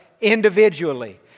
individually